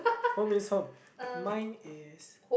what means home mine is